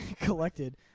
collected